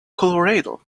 colorado